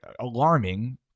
alarming